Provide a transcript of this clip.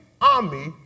army